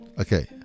Okay